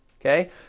okay